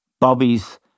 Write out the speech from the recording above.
Bobby's